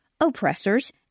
oppressors